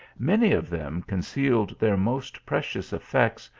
many of them concealed their most precious effects,